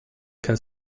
can